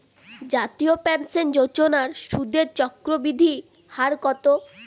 জাতীয় পেনশন যোজনার সুদের চক্রবৃদ্ধি হার কত?